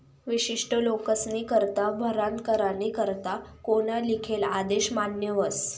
विशिष्ट लोकेस्नीकरता भरणा करानी करता कोना लिखेल आदेश मान्य व्हस